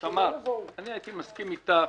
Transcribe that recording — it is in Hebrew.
תמר, אני הייתי מסכים איתך.